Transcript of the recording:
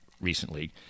recently